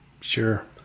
sure